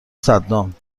صدام